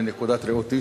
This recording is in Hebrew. מנקודת ראותי,